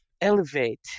elevate